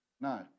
No